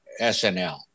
SNL